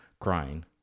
crying